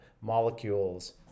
molecules